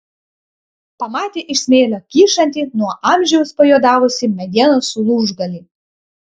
pamatė iš smėlio kyšantį nuo amžiaus pajuodavusį medienos lūžgalį